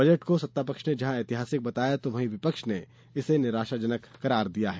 budget को सत्तापक्ष ने जहां ऐतिहासिक बताया है वहीं विपक्ष ने इसे निराशाजनक करारा दिया है